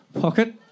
pocket